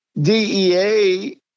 DEA